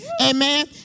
amen